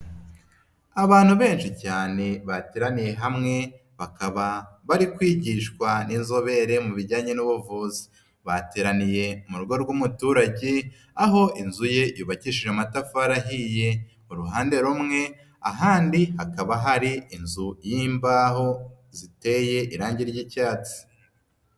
Abantu benshi cyane bateraniye hamwe bakaba bari kwigishwa n'inzobere mu bijyanye n'ubuvuzi, bateraniye mu rugo rw'umuturage aho inzu ye yubakishije amatafari ahiye, uruhande rumwe ahandi hakaba hari inzu y'imbaho ziteye irange ry'icyatsi.